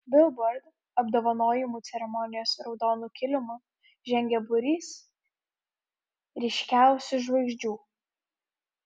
bilbord apdovanojimų ceremonijos raudonu kilimu žengė būrys ryškiausių žvaigždžių